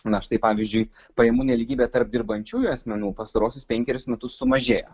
na štai pavyzdžiui pajamų nelygybė tarp dirbančiųjų asmenų pastaruosius penkerius metus sumažėjo